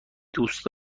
دوست